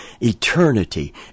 Eternity